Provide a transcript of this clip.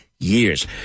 years